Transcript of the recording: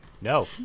no